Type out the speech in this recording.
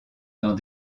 dans